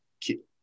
keep